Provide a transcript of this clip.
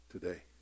today